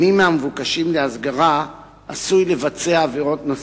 מי מהמבוקשים להסגרה עשוי לבצע עבירות נוספות,